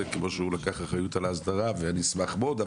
כמו הוא לקח אחריות על ההסדרה ואז אני אשמח מאוד.